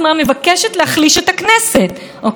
להקשות על מפלגות להיכנס לכנסת,